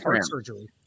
surgery